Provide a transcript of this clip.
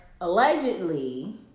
allegedly